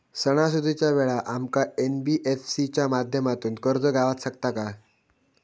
सणासुदीच्या वेळा आमका एन.बी.एफ.सी च्या माध्यमातून कर्ज गावात शकता काय?